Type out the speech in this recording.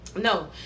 No